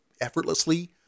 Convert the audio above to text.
effortlessly